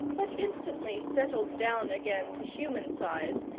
but instantly settled down again to human size,